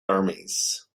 armies